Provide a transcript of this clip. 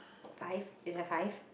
five is there five